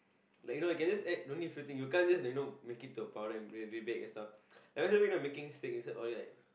like you know you can just add no need a few thing you can't just you know make it into a powder and really bake and stuff making steak all this is like